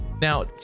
Now